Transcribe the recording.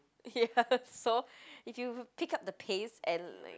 ya so if you pick up the pace and like